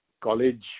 college